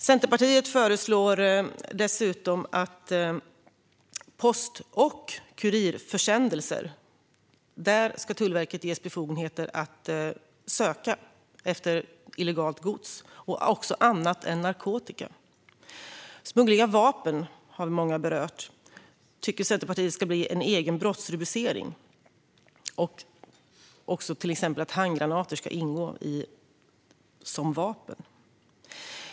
Centerpartiet föreslår dessutom att Tullverket ska ges befogenheter att söka igenom post och kurirförsändelser efter illegalt gods - också annat än narkotika. Många har berört smuggling av vapen, och Centerpartiet tycker att det ska få en egen brottsrubricering. Vi vill även att handgranater ska räknas som vapen.